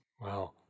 Wow